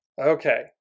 Okay